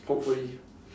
hopefully